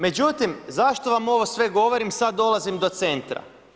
Međutim zašto vam ovom sve govorim, sad dolazim do centra.